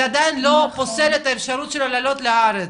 זה עדיין לא פוסל את האפשרות שלו להעלות לארץ,